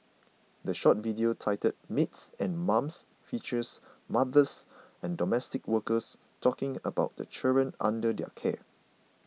the short video titled Maids and Mums features mothers and domestic workers talking about the children under their care